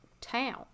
town